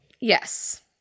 Yes